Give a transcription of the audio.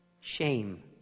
shame